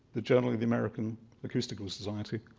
the journal of the american acoustical society.